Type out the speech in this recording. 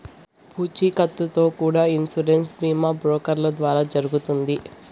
పూచీకత్తుతో కూడా ఇన్సూరెన్స్ బీమా బ్రోకర్ల ద్వారా జరుగుతుంది